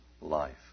life